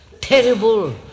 terrible